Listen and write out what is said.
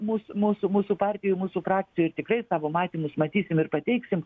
mus mūsų mūsų partijoj mūsų frakcijoj tikrai savo matymus matysim ir pateiksim